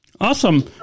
awesome